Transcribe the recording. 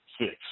six